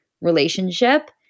relationship